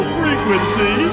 frequency